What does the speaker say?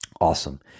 Awesome